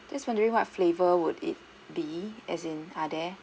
just wondering what flavour would it be as in are there